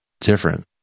different